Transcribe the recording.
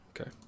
okay